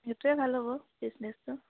সেইটোৱে ভাল হ'ব বিজনেছটো